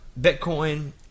Bitcoin